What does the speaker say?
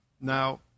Now